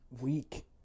weak